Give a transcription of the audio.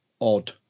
odd